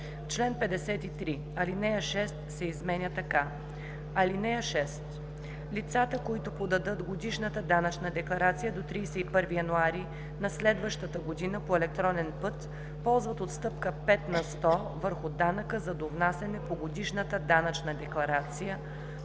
чл. 53 ал. 6 се изменя така: (6) Лицата, които подадат годишната данъчна декларация до 31 януари на следващата година по електронен път, ползват отстъпка 5 на сто върху данъка за довнасяне по годишната данъчна декларация,